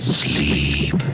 sleep